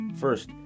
First